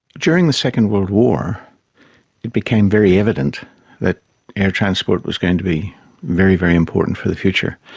during the second world war it became very evident that air transport was going to be very, very important for the future.